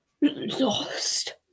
Lost